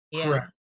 Correct